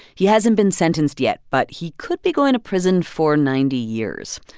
he hasn't been sentenced yet, but he could be going to prison for ninety years.